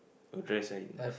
a dress